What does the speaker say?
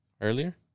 Earlier